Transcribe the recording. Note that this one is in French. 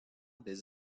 des